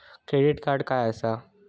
Credit card काय असता?